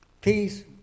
peace